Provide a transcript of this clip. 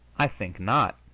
i think not.